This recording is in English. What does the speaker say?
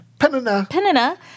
Penina